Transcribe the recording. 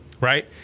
right